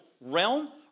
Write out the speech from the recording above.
realm